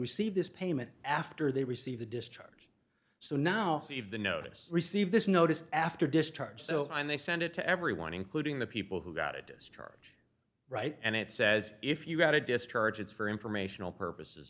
received this payment after they receive a discharge so now if the notice received this notice after discharge so and they send it to everyone including the people who got a discharge right and it says if you've got a discharge it's for informational purposes